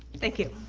thank you.